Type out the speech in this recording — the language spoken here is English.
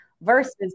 versus